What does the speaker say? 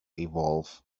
evolve